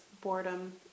boredom